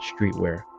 Streetwear